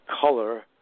color